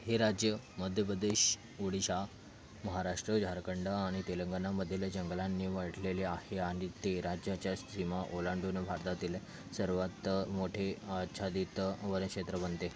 हे राज्य मध्यप्रदेश उडीशा महाराष्ट्र झारखंड आणि तेलंगाणामधील जंगलांनी वाटलेले आहे आणि ते राज्याच्या सीमा ओलांडून भारतातील सर्वात मोठे आच्छादित वनक्षेत्र बनते